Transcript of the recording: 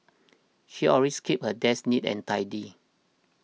she always keeps her desk neat and tidy